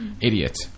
idiot